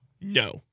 No